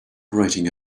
writing